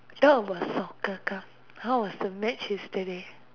talk about soccer come how was the match yesterday